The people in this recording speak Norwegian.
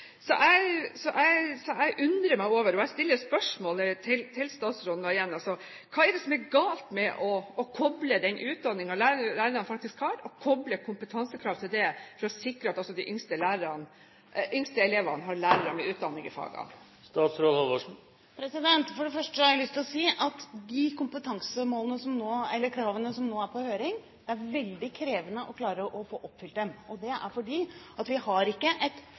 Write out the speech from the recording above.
Så jeg undrer meg, og jeg stiller spørsmålet til statsråden igjen: Hva er det som er galt med å koble den utdanningen lærerne faktisk har, og kompetansekrav til det, for å sikre at også de yngste elevene har lærere med utdanning i fagene? For det første har jeg lyst til å si at de kompetansekravene som nå er på høring, er det veldig krevende å klare å få oppfylt. Det er fordi vi ikke har et ubegrenset antall lærere med ubegrenset formell kompetanse som vi kan velge fra. I mange distriktskommuner og mindre kommuner kommer det til å være meget krevende å oppfylle de kravene vi